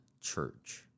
church